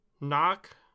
Knock